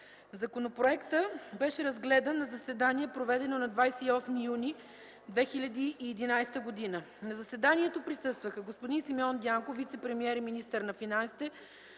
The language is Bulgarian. Законопроектът беше разгледан на заседание, проведено на 28 юни 2011 г. На заседанието присъстваха господин Симеон Дянков – вицепремиер и министър на финансите,